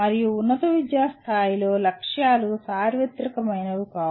మరియు ఉన్నత విద్య స్థాయిలో లక్ష్యాలు సార్వత్రికమైనవి కావు